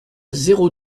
zéro